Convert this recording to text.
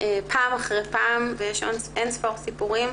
פעם אחרי פעם ויש אין ספור סיפורים,